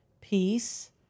peace